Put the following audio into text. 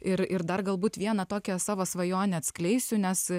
ir ir dar galbūt vieną tokią savo svajonę atskleisiu nes